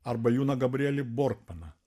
arba juną gabrielį borkmaną